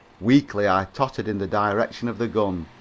weakly i tottered in the direction of the gun,